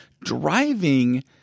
Driving